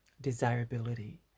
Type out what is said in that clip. desirability